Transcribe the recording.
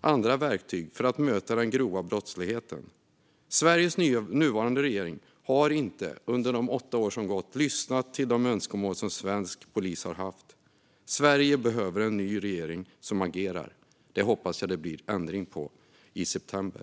andra verktyg, för att möta den grova brottsligheten. Sveriges nuvarande regering har inte under de åtta år som gått lyssnat till de önskemål som svensk polis har haft. Sverige behöver en ny regering, som agerar. Där hoppas jag att det blir ändring i september!